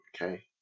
Okay